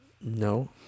no